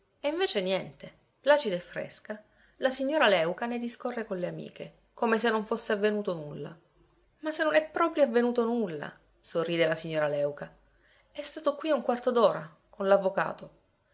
e invece niente placida e fresca la signora léuca ne discorre con le amiche come se non fosse avvenuto nulla ma se non è proprio avvenuto nulla sorride la signora léuca e stato qui un quarto d'ora con